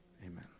amen